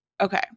okay